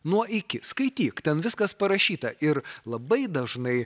nuo iki skaityk ten viskas parašyta ir labai dažnai